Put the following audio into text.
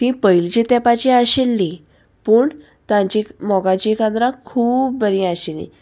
तीं पयलींची तेंपाची आशिल्ली पूण तांची मोगाची कांतरां खूब बरीं आशिल्लीं